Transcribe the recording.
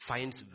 Finds